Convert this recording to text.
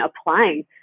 applying